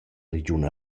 regiun